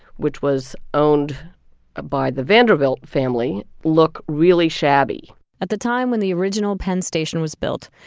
which was owned ah by the vanderbilt family, look really shabby at the time when the original penn station was built,